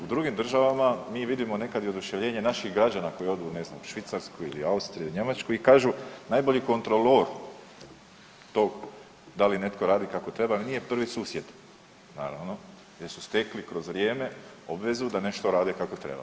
U drugim državama mi vidimo nekad i oduševljenje naših građana koji odu u, ne znam, Švicarsku ili Austriju ili Njemačku i kažu, najbolji kontrolor tog da li netko radi kako treba ili nije prvi susjed, naravno, jer su stekli kroz vrijeme obvezu da nešto rade kako treba.